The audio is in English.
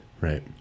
right